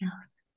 else